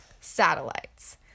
Satellites